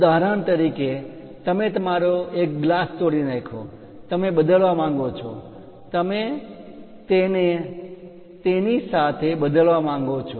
ઉદાહરણ તરીકે તમે તમારો એક ગ્લાસ તોડી નાખ્યો તમે બદલવા માંગો છો તમે તેને ની સાથે બદલવા માંગો છો